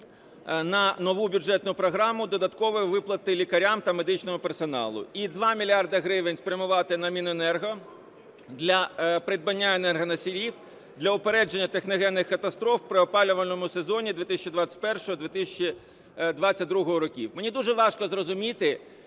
на нову бюджетну програму: додаткові виплати лікарям та медичному персоналу. І 2 мільярди гривень спрямувати на Міненерго для придбання енергоносіїв для упередження техногенних катастроф при опалювальному сезоні 2021-2022 років. Мені дуже важко зрозуміти,